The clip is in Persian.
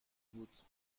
بود